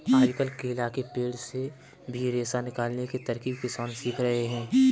आजकल केला के पेड़ से भी रेशा निकालने की तरकीब किसान सीख रहे हैं